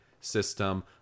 system